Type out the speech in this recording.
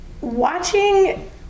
watching